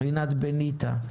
רינת בניטה,